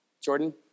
Jordan